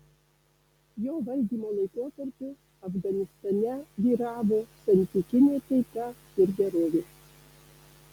jo valdymo laikotarpiu afganistane vyravo santykinė taika ir gerovė